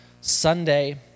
Sunday